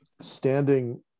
standing